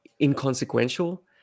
inconsequential